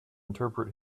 interpret